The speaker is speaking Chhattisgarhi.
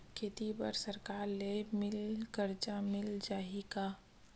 खेती बर सरकार ले मिल कर्जा मिल जाहि का?